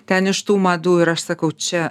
ten iš tų madų ir aš sakau čia